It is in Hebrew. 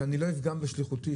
שאני לא אפגע בשליחותי.